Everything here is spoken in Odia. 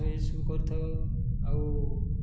ଏସବୁ କରିଥାଉ ଆଉ